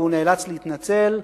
והוא נאלץ להתנצל.